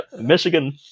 Michigan